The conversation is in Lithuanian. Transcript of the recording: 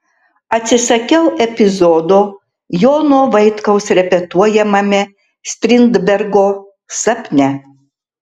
atsisakiau epizodo jono vaitkaus repetuojamame strindbergo sapne